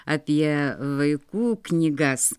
apie vaikų knygas